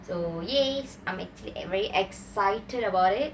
so yes I'm actually at very excited about it